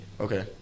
Okay